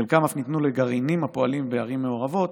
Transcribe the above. חלקם אף ניתנו לגרעינים הפועלים בערים מעורבות,